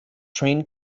train